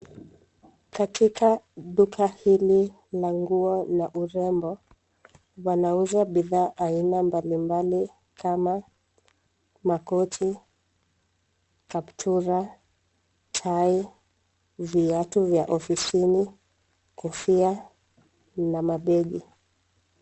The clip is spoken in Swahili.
Katika duka hili la nguo la urembo, wanauza bidhaa aina mbalimbali kama makoti, kaptura, tai, viatu vya ofisini, kofia na mabegi.